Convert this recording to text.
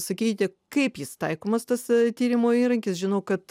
sakykite kaip jis taikomas tas tyrimo įrankis žinau kad